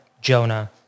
Jonah